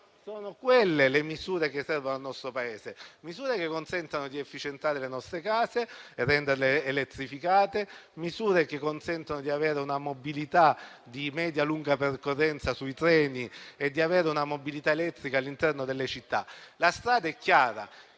Sono quelle, però, le misure che servono al nostro Paese, misure che consentano di efficientare le nostre case e renderle elettrificate, misure che consentono di avere una mobilità di media-lunga percorrenza sui treni e di avere una mobilità elettrica all'interno delle città. La strada è chiara: